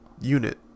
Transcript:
unit